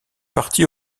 partie